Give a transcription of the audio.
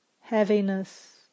heaviness